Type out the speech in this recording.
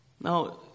Now